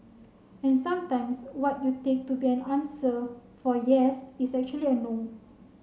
and sometimes what you take to be an answer for yes is actually a no